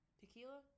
Tequila